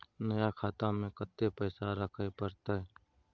नया खाता में कत्ते पैसा रखे परतै?